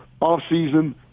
off-season